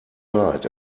wahrheit